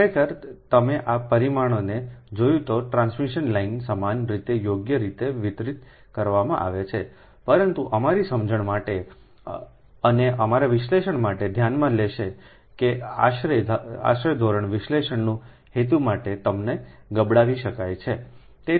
ખરેખર તમે આ પરિમાણોને જોયું તે ટ્રાન્સમિશન લાઇન સમાન રીતે યોગ્ય રીતે વિતરિત કરવામાં આવે છે પરંતુ અમારી સમજણ માટે અને અમારા વિશ્લેષણ માટે ધ્યાનમાં લેશે કે આશરે ધોરણે વિશ્લેષણના હેતુ માટે તેમને ગબડાવી શકાય છે